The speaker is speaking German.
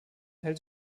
hält